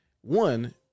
one